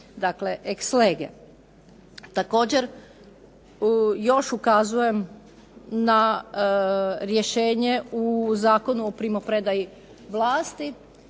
ex lege. Također, još ukazujem na rješenje u Zakonu o primopredaji vlasti